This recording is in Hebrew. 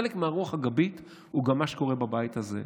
חלק מהרוח הגבית הוא גם מה שקורה בבית הזה.